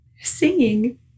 Singing